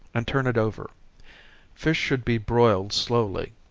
and turn it over fish should be broiled slowly.